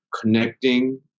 connecting